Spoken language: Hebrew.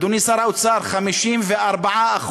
אדוני שר האוצר, 54%,